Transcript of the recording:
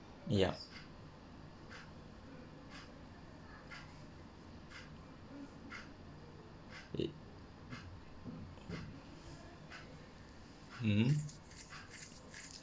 yup y~ hmm